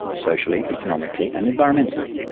socially, economically, and environmentally.